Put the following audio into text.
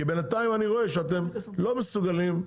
כי בינתיים אני רואה שאתם לא מסוגלים,